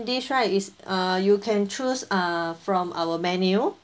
dish right is err you can choose err from our menu